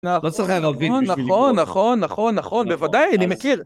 לא צריך היה ערבית בשביל לקרוא... נכון, נכון, נכון, נכון, נכון, נכון, בוודאי, אני מכיר!